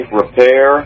repair